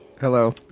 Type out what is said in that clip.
Hello